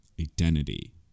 identity